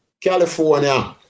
California